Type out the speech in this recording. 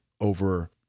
over